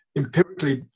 empirically